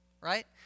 right